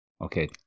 Okay